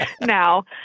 now